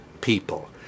people